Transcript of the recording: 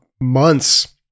months